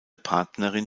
partnerin